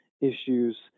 issues